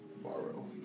Borrow